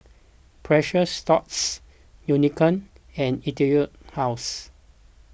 Precious Thots Unicurd and Etude House